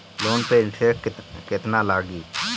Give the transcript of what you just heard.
Loan पे interest केतना लागी?